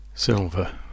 Silver